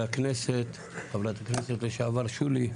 חברת הכנסת לשעבר שולי,